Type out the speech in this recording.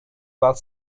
while